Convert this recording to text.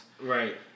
Right